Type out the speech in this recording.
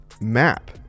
map